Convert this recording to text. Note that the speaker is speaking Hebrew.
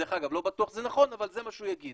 דרך אגב, לא בטוח שזה נכון, אבל זה מה שהוא יגיד.